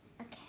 Okay